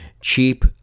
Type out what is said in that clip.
cheap